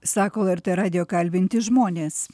sako lrt radijo kalbinti žmonės